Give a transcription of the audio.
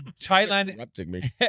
Thailand